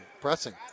pressing